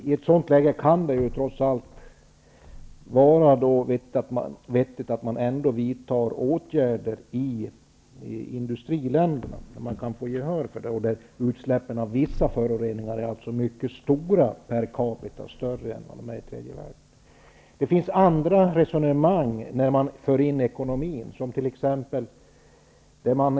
I ett sådant läge kan det trots allt vara vettigt att vidta åtgärder i industriländerna, där man kan få gehör för det och där utsläppen av vissa föroreningar är mycket stora per capita, mycket större än de är i tredje världen. Det finns andra resonemang när man för in ekonomin.